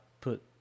put